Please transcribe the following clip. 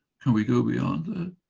can we go beyond that?